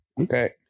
Okay